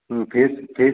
face face